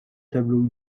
tableaux